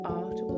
art